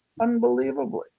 Unbelievably